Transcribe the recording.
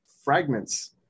fragments